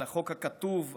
על החוק הכתוב,